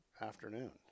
afternoon